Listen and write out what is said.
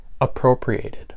appropriated